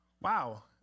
Wow